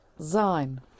sein